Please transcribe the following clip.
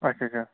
آچھا اچھا